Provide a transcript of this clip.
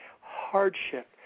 hardship